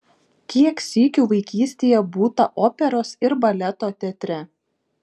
kiek sykių vaikystėje būta operos ir baleto teatre